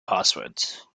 passwords